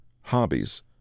hobbies